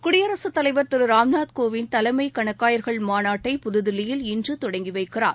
குடியரகத் தலைவா் திரு ராம்நாத் கோவிந்த் தலைமை கணக்காயர்கள் மாநாட்டை புதுதில்லியில் இன்று தொடங்கி வைக்கிறார்